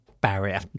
barrier